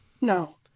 no